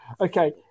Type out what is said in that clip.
Okay